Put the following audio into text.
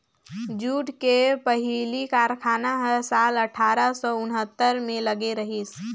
jute के पहिली कारखाना ह साल अठारा सौ उन्हत्तर म लगे रहिस